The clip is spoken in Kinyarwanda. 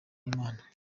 n’imana